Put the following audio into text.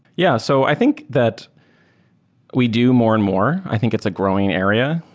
yeah. so i think that we do more and more. i think it's a growing area,